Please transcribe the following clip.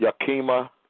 Yakima